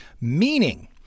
meaning